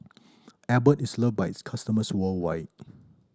Abbott is loved by its customers worldwide